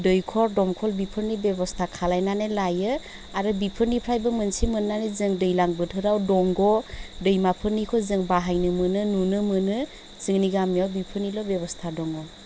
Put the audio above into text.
दैखर दंखल बेफोरनि बेब'स्था खालायनानै लायो आरो बेफोरनिफ्रायबो मोनसे मोन्नानै जों दैलां बोथोराव दंग' दैमाफोरनिखौ जों बाहायनो मोनो नुनो मोनो जोंनि गामियाव बेफोरनिल' बेब'स्था दङ